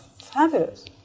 fabulous